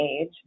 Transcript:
age